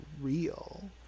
real